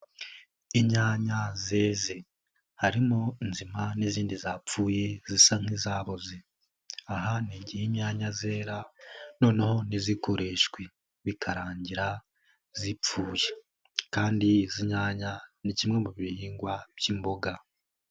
Inyanya zeze, harimo inzima n'izindi zapfuye zisa nk'izaboze, aha ni igiye inyanya zera noneho ntizikoreshwe bikarangira zipfuye kandi izi nyanya ni kimwe mu bihingwa by'imboga.